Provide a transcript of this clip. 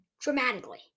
dramatically